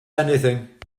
anything